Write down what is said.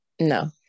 No